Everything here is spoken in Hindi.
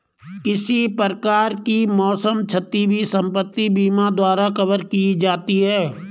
किसी प्रकार की मौसम क्षति भी संपत्ति बीमा द्वारा कवर की जाती है